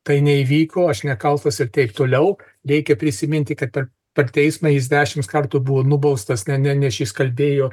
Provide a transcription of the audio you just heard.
tai neįvyko aš nekaltas ir teip toliau reikia prisiminti kad per teismą jis dešims kartų buvo nubaustas ne ne nes jis kalbėjo